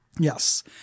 Yes